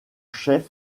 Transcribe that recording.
chef